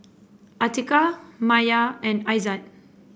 Atiqah Maya and Aizat